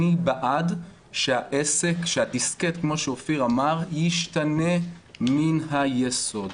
אני בעד שהדיסקט, כמו שאופיר אמר, ישתנה מן היסוד.